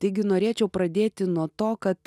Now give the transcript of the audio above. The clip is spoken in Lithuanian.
taigi norėčiau pradėti nuo to kad